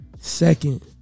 second